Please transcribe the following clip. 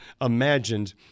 imagined